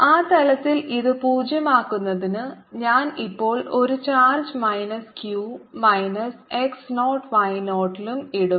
ആ തലത്തിൽ ഇത് പൂജ്യമാക്കുന്നതിന് ഞാൻ ഇപ്പോൾ ഒരു charge minus q minus x 0 y 0 ലും ഇടും